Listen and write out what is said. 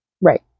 right